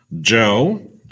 Joe